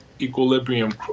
equilibrium